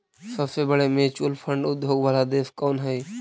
सबसे बड़े mutual fund उद्योग वाला देश कौन हई